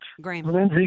Graham